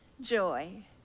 joy